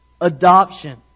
adoption